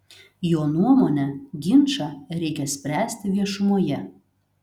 jo nuomone ginčą reikia spręsti viešumoje